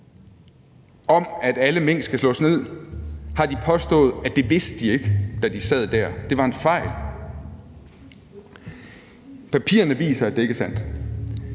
om, at alle mink skulle slås ned, ikke vidste det, da de sad der. Det var en fejl. Papirerne viser, at det ikke er sandt.